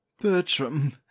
bertram